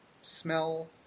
smell